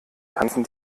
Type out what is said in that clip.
tanzen